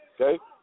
Okay